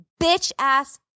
bitch-ass